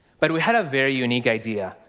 but we had a very unique idea.